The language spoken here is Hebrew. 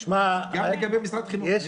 שמע, יש